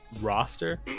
roster